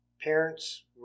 Parents